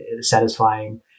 satisfying